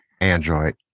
Android